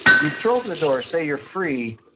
you throw up the door, say you're free.